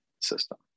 system